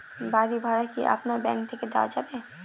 বাড়ী ভাড়া কি আপনার ব্যাঙ্ক থেকে দেওয়া যাবে?